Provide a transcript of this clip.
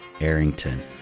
Arrington